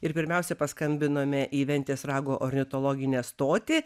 ir pirmiausia paskambinome į ventės rago ornitologinę stotį